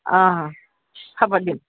অঁ হ'ব দিম